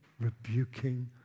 rebuking